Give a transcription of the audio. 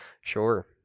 Sure